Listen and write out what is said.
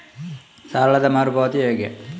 ಸಾಲದ ಮರು ಪಾವತಿ ಹೇಗೆ?